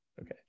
okay